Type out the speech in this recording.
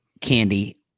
candy